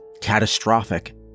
catastrophic